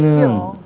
you.